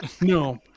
No